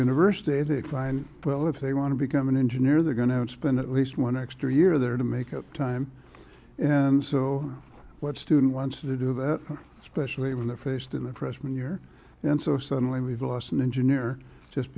university they find well if they want to become an engineer they're going to spend at least one extra year there to make up time and so what student wants to do that especially when they're faced in the freshman year and so suddenly we've lost an engineer just